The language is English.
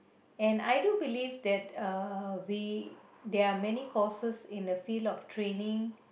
and I do believe that uh we there are many courses in the field of training